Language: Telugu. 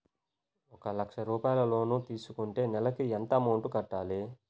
ఒక లక్ష రూపాయిలు లోన్ తీసుకుంటే నెలకి ఎంత అమౌంట్ కట్టాలి?